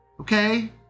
Okay